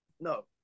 no